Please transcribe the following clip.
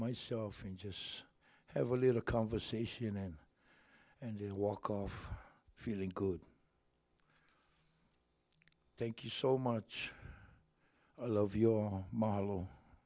myself and just have a little conversation and you walk off feeling good thank you so much i love your model